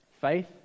Faith